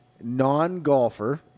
non-golfer